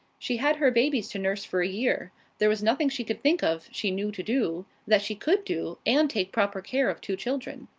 she had her babies to nurse for a year there was nothing she could think of she knew to do, that she could do, and take proper care of two children.